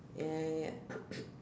ya ya